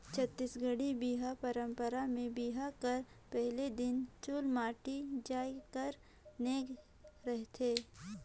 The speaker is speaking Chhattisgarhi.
छत्तीसगढ़ी बिहा पंरपरा मे बिहा कर पहिल दिन चुलमाटी जाए कर नेग रहथे